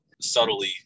subtly